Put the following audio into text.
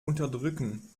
unterdrücken